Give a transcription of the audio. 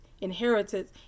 inheritance